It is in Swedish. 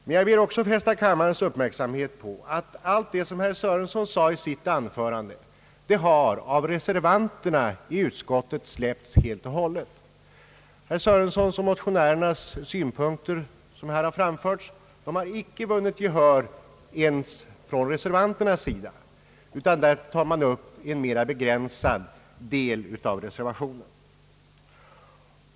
Men jag vill också fästa kammarens uppmärksamhet på att herr Sörensons och motionärernas synpunkter, som här framförts, icke har vunnit gehör ens hos reservanterna utan de tar upp en mera begränsad del av frågorna.